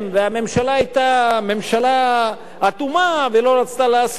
והממשלה היתה ממשלה אטומה ולא רצתה לעשות.